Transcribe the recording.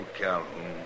Calhoun